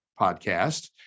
podcast